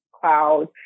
cloud